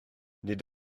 nid